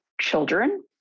children